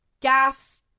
gas